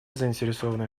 заинтересованные